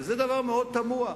וזה דבר מאוד תמוה,